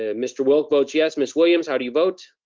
ah mr. wilk votes yes. miss williams, how do you vote?